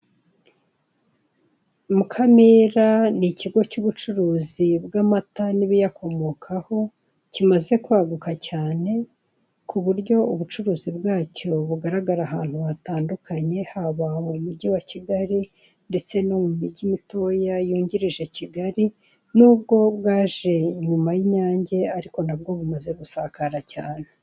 Mukamira ni ikigo cy'ubucuruzi bw'amata n'ibiyakomokaho, kimaze kwaguka cyane, ku buryo ubucuruzi bwacyo bugaragara ahantu hatandukanye, haba mu mugi wa Kigali ndetse no mu mijyi mitoya yungirije Kigali nubwo baje nyuma y'amata y'inyange ariko nabwo bumaze gusakara cyane.